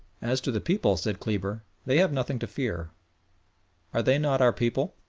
as to the people, said kleber, they have nothing to fear are they not our people?